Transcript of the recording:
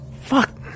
Fuck